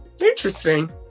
interesting